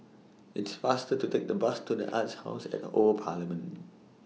It's faster to Take The Bus to The Arts House At The Old Parliament